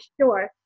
sure